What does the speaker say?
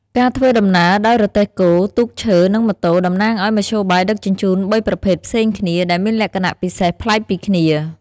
ការធ្វើដំណើរដោយ រទេះគោ ទូកឈើ និងម៉ូតូ តំណាងឱ្យមធ្យោបាយដឹកជញ្ជូនបីប្រភេទផ្សេងគ្នា ដែលមានលក្ខណៈពិសេសប្លែកពីគ្នា ។